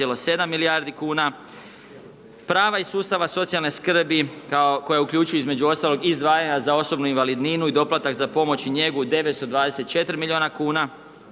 1,7 milijardi kn, prava iz sustava socijalne skrbi, koja uključuje, između ostalog izdvajanje za osobnu invalidninu i doplatak za pomoć i njegu 924 milijuna kn